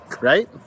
right